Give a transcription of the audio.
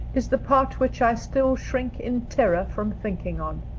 is the part which i still shrink in terror from thinking on.